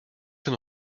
denn